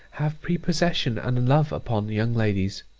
have prepossession and love upon young ladies